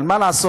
אבל מה לעשות,